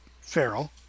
feral